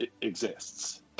exists